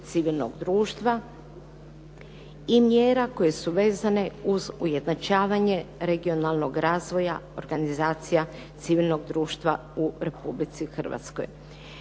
civilnog društva i mjera koje su vezane uz ujednačavanje regionalnog razvoja, organizacija civilnog društva u Republici hrvatskoj.